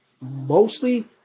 mostly